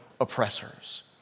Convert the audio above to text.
oppressors